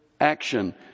action